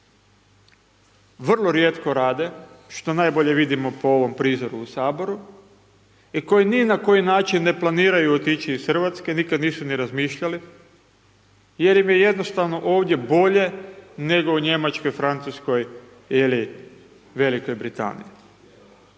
vrlo rijetko rade što najbolje vidimo po ovom prizoru u Saboru i koji ni na koji način ne planiraju otići iz Hrvatske, nikad nisu ni razmišljali jer im je jednostavno ovdje bolje nego u Njemačkoj, Francuskoj ili Velikoj Britaniji.